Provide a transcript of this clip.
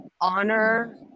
honor